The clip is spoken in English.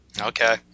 Okay